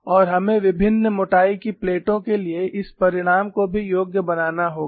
और हमें विभिन्न मोटाई की प्लेटों के लिए इस परिणाम को भी योग्य बनाना होगा